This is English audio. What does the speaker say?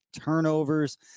turnovers